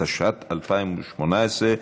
התשע"ט 2018,